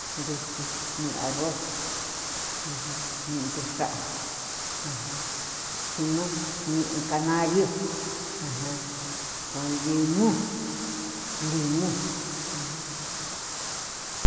Ntutyi ñii arroz ujun ñii ntuxa'a ajan si no ñii kanariu ajan kon limu limu.